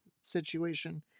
situation